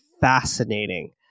fascinating